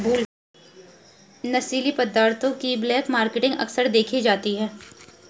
नशीली पदार्थों की ब्लैक मार्केटिंग अक्सर देखी जाती है